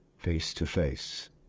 face-to-face